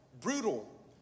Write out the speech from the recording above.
brutal